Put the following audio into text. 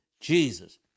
Jesus